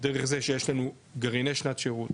דרך זה שיש לנו גרעיני שנת שירות,